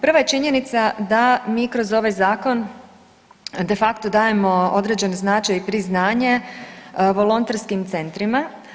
Prva je činjenica d mi kroz ovaj zakon de facto dajemo određeni značaj i priznaje volonterskim centrima.